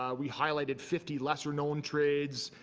um we highlighted fifty lesser known trades.